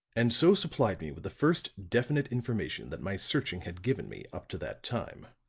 and so supplied me with the first definite information that my searching had given me up to that time.